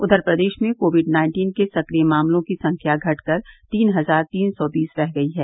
उधर प्रदेश में कोविड नाइन्टीन के सक्रिय मामलों की संख्या घट कर तीन हजार तीन सौ बीस रह गयी है